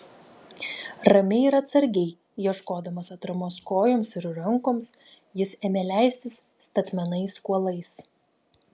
ramiai ir atsargiai ieškodamas atramos kojoms ir rankoms jis ėmė leistis statmenais kuolais